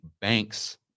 bank's